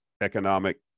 economic